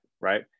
right